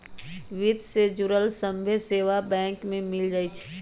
वित्त से जुड़ल सभ्भे सेवा बैंक में मिल जाई छई